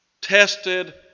tested